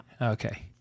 Okay